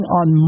on